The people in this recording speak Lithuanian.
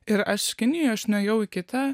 ir aš kinijoj aš nuėjau į kitą